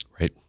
Right